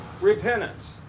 repentance